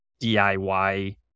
DIY